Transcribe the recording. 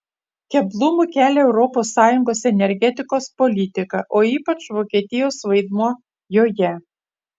keblumų kelia europos sąjungos energetikos politika o ypač vokietijos vaidmuo joje